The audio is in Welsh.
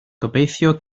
gobeithio